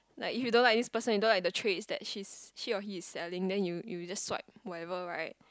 like if you don't like this person you don't like the trades that she's she or he is selling then you you just swipe whatever right